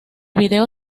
video